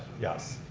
yes.